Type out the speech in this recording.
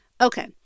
Okay